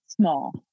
small